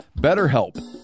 BetterHelp